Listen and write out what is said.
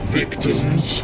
victims